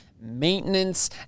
maintenance